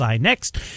Next